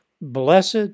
Blessed